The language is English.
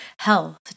health